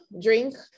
drink